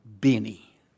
Benny